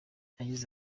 yagize